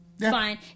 Fine